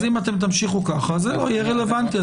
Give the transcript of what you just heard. אם תמשיכו ככה, יהיה רלוונטי.